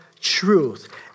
truth